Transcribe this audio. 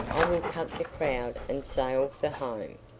i will cut the crowd and sail for home.